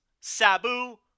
Sabu